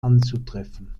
anzutreffen